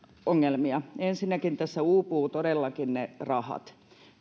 ongelmia ensinnäkin tästä uupuvat todellakin ne rahat